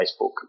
Facebook